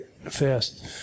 fast